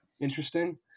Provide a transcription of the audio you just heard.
interesting –